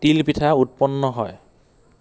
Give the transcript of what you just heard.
তিল পিঠা উৎপন্ন হয়